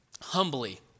humbly